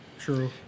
true